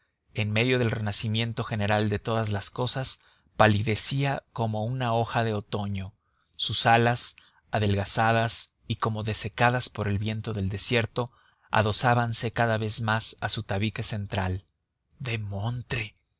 en medio del renacimiento general de todas las cosas palidecía como una hoja de otoño sus alas adelgazadas y como desecadas por el viento del desierto adosábanse cada vez más a su tabique central demontre